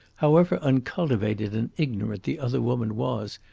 however uncultivated and ignorant the other woman was,